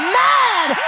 mad